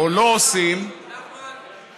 או לא עושים, נחמן,